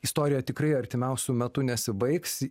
istorija tikrai artimiausiu metu nesibaigs